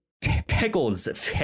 pickles